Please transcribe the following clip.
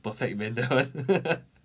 perfect manner